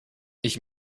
ich